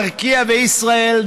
ארקיע וישראייר,